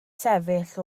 sefyll